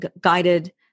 guided